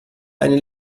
einen